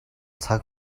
цаг